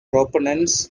proponents